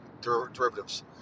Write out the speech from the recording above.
derivatives